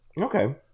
Okay